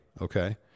Okay